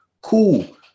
cool